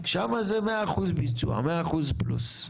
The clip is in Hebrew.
שם זה 100% ביצוע, 100% פלוס.